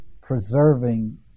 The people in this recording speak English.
preserving